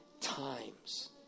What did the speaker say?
times